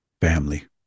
family